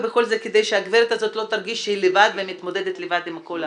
כדי שהגברת הזאת לא תרגיש שהיא לבד ומתמודדת לבד עם הכול.